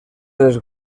les